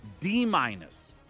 D-minus